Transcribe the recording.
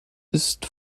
ist